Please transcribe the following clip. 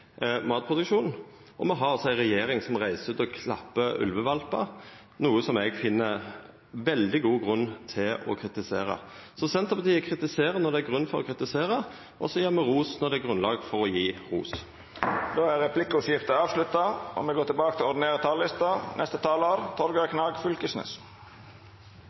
matproduksjon. Og me har altså ei regjering som reiser rundt og klappar ulvevalpar, noko som eg finn veldig god grunn til å kritisera. Så Senterpartiet kritiserer når det er grunn til å kritisera, og så gjev me ros når det er grunnlag for å gje ros. Replikkordskiftet er avslutta. Denne debatten utviklar seg til